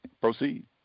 Proceed